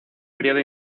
periodo